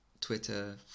Twitter